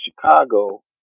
Chicago